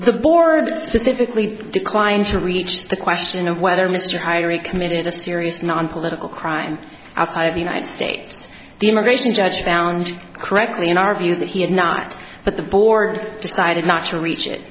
the board specifically declined to reach the question of whether mr hire we committed a serious nonpolitical crime outside of the united states the immigration judge found correctly in our view that he had not but the board decided not to reach it